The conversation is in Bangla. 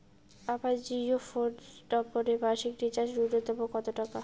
আমার জিও ফোন নম্বরে মাসিক রিচার্জ নূন্যতম কত টাকা?